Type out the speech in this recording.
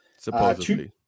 Supposedly